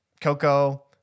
Coco